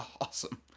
awesome